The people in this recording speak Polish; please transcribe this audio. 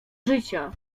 życia